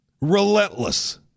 relentless